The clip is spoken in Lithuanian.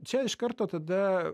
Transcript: čia iš karto tada